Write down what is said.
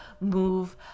move